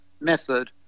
method